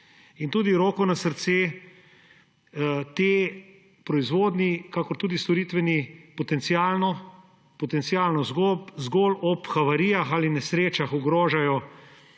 Tudi roko na srce, ti proizvodni kakor tudi storitveni potencialno – potencialno zgolj ob havarijah ali nesrečah – ogrožajo